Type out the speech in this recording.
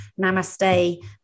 namaste